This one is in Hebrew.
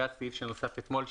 והסעיף שנוסף אתמול,